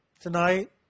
tonight